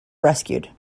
rescued